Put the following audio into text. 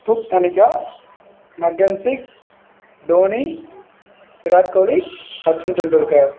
book Anika மக்கன்சிக் டோனி விராட் கோலி சச்சின் டெண்டுல்கர்